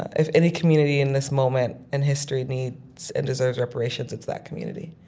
if any community in this moment in history needs and deserves reparations, it's that community.